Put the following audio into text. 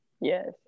Yes